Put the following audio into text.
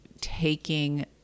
taking